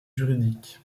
juridiques